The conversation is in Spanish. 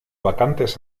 vacantes